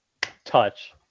touch